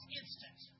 instant